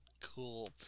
Cool